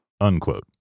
unquote